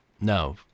no